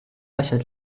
asjad